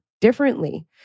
differently